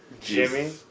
Jimmy